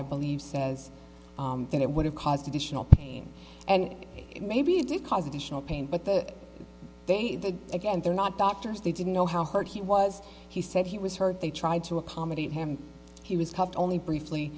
i believe says that it would have caused additional pain and maybe did cause additional pain but that they again they're not doctors they didn't know how hurt he was he said he was hurt they tried to accommodate him he was cuffed only briefly